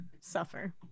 suffer